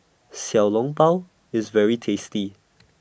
Xiao Long Bao IS very tasty